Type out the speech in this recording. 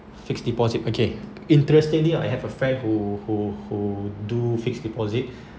fixed deposit okay interestingly I have a friend who who who do fixed deposit